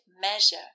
measure